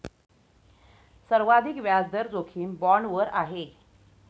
सर्वाधिक व्याजदर जोखीम बाँडवर आहे